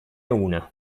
una